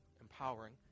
empowering